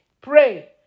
Pray